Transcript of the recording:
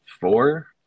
four